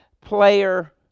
player